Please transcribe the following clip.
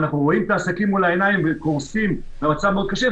ואנחנו רואים את העסקים מול העיניים קורסים ובמצב מאוד קשה,